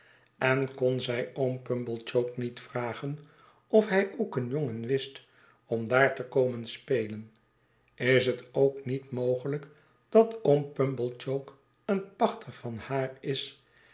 en kon zij oom pumblechook niet vragen of hij ook een jongen wist om daar te komen spelen is het ook niet mogelijk dat oom pumblechook een pachter van haar is